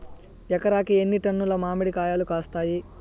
ఎకరాకి ఎన్ని టన్నులు మామిడి కాయలు కాస్తాయి?